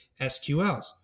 SQLs